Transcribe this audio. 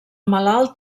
malalt